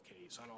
case